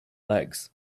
legs